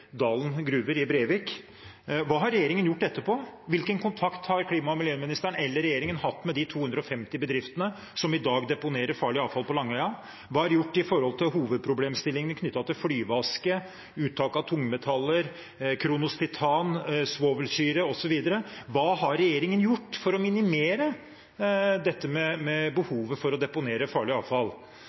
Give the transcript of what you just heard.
Brevik. Hva har regjeringen gjort etterpå? Hvilken kontakt har klima- og miljøministeren eller andre i regjeringen hatt med de 250 bedriftene som i dag deponerer farlig avfall på Langøya? Hva er gjort når det gjelder hovedproblemstillingene knyttet til flyveaske, uttak av tungmetaller, Kronos Titans svovelsyre, osv.? Hva har regjeringen gjort for å minimere behovet for å deponere farlig avfall?